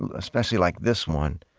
and especially, like this one